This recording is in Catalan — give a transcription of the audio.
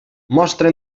mostra